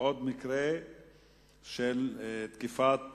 עוד מקרה של תקיפת